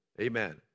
Amen